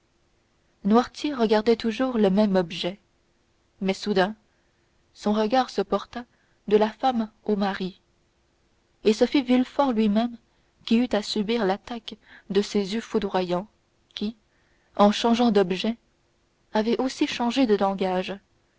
noirtier regardait toujours le même objet mais soudain son regard se porta de la femme au mari et ce fut villefort lui-même qui eut à subir l'attaque de ces yeux foudroyants qui en changeant d'objet avaient aussi changé de langage